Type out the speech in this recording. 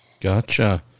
gotcha